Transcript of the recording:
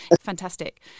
fantastic